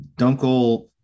Dunkel